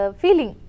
feeling